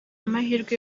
amahirwe